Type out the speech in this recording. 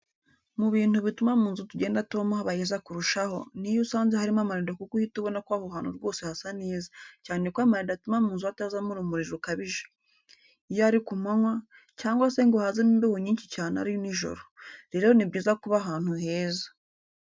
Mu bintu bituma mu nzu tugenda tubamo haba heza kurushaho, ni iyo usanze harimo amarido kuko uhita ubona ko aho hantu rwose hasa neza cyane ko amarido atuma mu nzu hatazamo urumuri rukabije. Iyo ari ku manywa, cyangwa se ngo hazemo imbeho nyinshi cyane ari nijoro, rero ni byiza kuba ahantu heza.